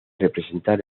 representar